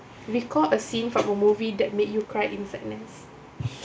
record a scene from a movie that made you cry in sadness